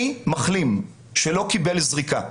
אני מחלים שלא קיבל זריקה.